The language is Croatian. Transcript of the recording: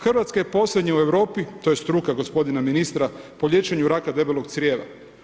Hrvatska je posljednja u Europi, to je struka gospodina ministra, po liječenju raka debelog crijeva.